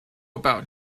about